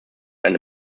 eine